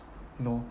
no